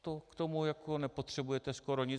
K tomu jako nepotřebujete skoro nic.